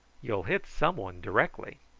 you'll hit some one directly.